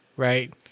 Right